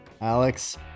Alex